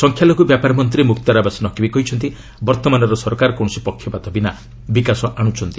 ସଂଖ୍ୟାଲଘୁ ବ୍ୟାପାର ମନ୍ତ୍ରୀ ମୁକ୍ତାର ଆବାସ୍ ନକ୍ବି କହିଛନ୍ତି ବର୍ଭମାନର ସରକାର କୌଣସି ପକ୍ଷପାତ ବିନା ବିକାଶ ଆଣୁଛନ୍ତି